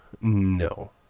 No